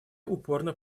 упорно